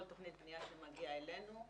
כל תוכנית בניה שמגיעה אלינו,